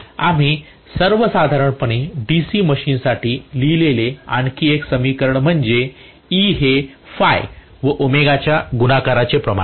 आम्ही सर्वसाधारणपणे डीसी मशीनसाठी लिहिलेले आणखी एक समीकरण म्हणजे E हे Phi व ओमेगाच्या गुणाकाराचे प्रमाण आहे